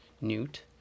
Newt